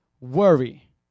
worry